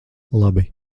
labi